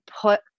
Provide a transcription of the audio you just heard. put